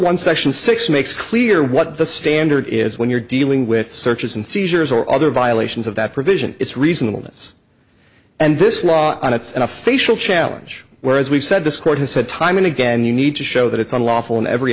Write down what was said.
one section six makes clear what the standard is when you're dealing with searches and seizures or other violations of that provision it's reasonable this and this law and it's a facial challenge where as we've said this court has said time and again you need to show that it's unlawful and every